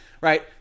right